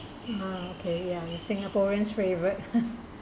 ya okay ya singaporean's favourite